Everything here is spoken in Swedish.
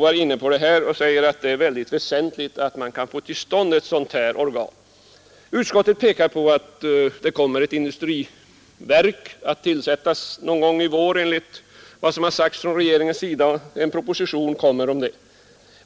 Herr Andersson i Örebro sade att det är väsentligt att man kan få till stånd ett sådant organ, Utskottet pekar på att ett industriverk kommer att inrättas någon gång i vår, enligt vad som sagts från regeringens sida, och en proposition härom kommer att framläggas.